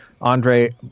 Andre